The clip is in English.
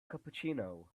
cappuccino